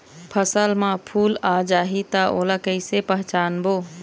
फसल म फूल आ जाही त ओला कइसे पहचानबो?